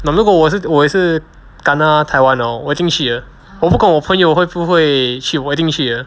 but 如果我是我也是 kena taiwan hor 我一定去的我不管我朋友会不会去我一定去的